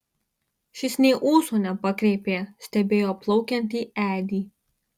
šis nė ūso nepakreipė stebėjo plaukiantį edį